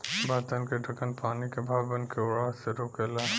बर्तन के ढकन पानी के भाप बनके उड़ला से रोकेला